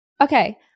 Okay